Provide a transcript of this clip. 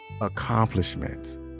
accomplishments